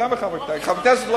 יותר מאשר לחברי הכנסת.